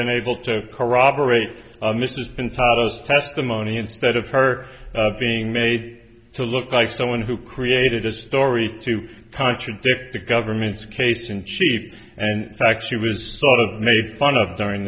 been able to corroborate mrs been toddles testimony instead of her being made to look like someone who created a story to contradict the government's case in chief and facts she was sort of made fun of during